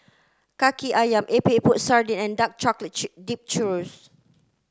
Kaki Ayam Epok Epok Sardin and dark dipped Churro